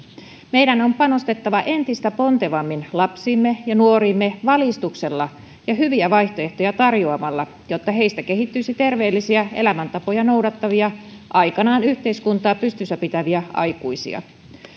meidän on panostettava entistä pontevammin lapsiimme ja nuoriimme valistuksella ja hyviä vaihtoehtoja tarjoamalla jotta heistä kehittyisi terveellisiä elämäntapoja noudattavia aikanaan yhteiskuntaa pystyssä pitäviä aikuisia